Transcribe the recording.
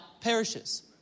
perishes